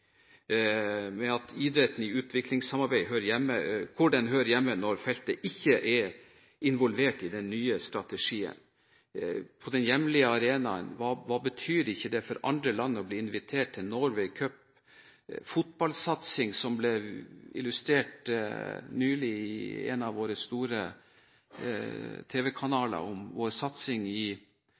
med at idretten i utviklingssamarbeid hører hjemme hvor den hører hjemme, når feltet ikke er involvert i den nye strategien. På den hjemlige arenaen, hva betyr det ikke for andre land å bli invitert til Norway Cup? Fotballsatsing ble nylig illustrert i en av våre store tv-kanaler, som tok opp vår satsing i